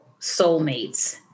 soulmates